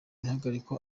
ihagarikwa